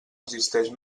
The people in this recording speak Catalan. existeix